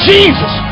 Jesus